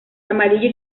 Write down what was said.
amarillo